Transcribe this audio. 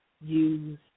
use